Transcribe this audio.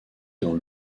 dans